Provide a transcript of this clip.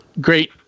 great